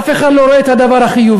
אף אחד לא רואה את הדבר החיובי.